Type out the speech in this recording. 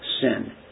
sin